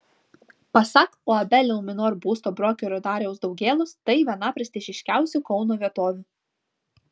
pasak uab luminor būsto brokerio dariaus daugėlos tai viena prestižiškiausių kauno vietovių